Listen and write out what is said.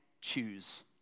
choose